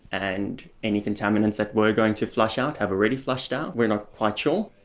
and any contaminants that were going to flush out have already flushed out, we're not quite sure.